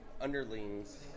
underlings